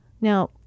Now